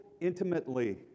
intimately